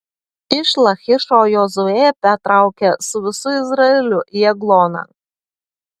iš lachišo jozuė patraukė su visu izraeliu į egloną